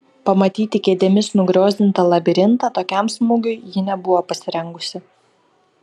pamatyti kėdėmis užgriozdintą labirintą tokiam smūgiui ji nebuvo pasirengusi